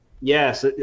yes